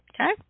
Okay